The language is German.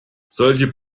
solch